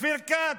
אופיר כץ?